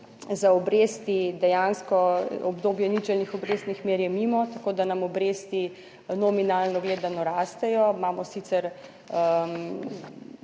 za obresti dejansko obdobje ničelnih obrestnih mer je mimo, tako da nam obresti nominalno gledano rastejo. Imamo sicer,